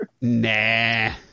Nah